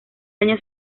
año